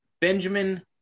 Benjamin